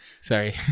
Sorry